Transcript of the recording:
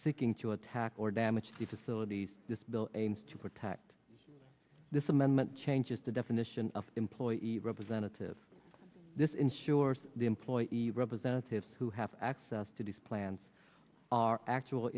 seeking to attack or damage the facilities this bill aims to protect this amendment changes the definition of employee representative this ensures the employee representatives who have access to these plants are actual